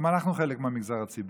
גם אנחנו חלק מהמגזר הציבורי.